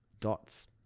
dots